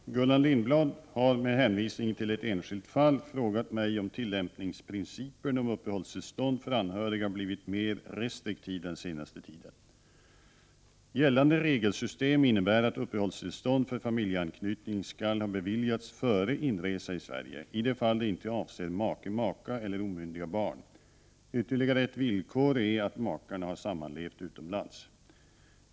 Herr talman! Gullan Lindblad har, med hänvisning till ett enskilt fall, frågat mig om tillämpningsprinciperna om uppehållstillstånd för anhöriga blivit mer restriktiva den senaste tiden. Gällande regelsystem innebär att uppehållstillstånd för familjeanknytning skall ha beviljats före inresa i Sverige, i de fall det inte avser make/maka eller omyndiga barn. Ytterligare ett villkor är att makarna har sammanlevt utomlands.